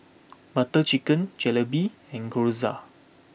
Butter Chicken Jalebi and Gyoza